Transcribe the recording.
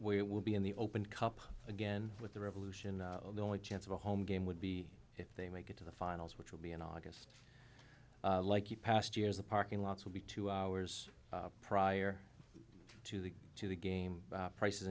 it will be in the open cup again with the revolution the only chance of a home game would be if they make it to the finals which will be an august like you past years of parking lots will be two hours prior to the to the game prices